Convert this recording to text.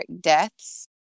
deaths